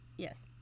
Yes